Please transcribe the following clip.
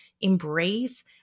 embrace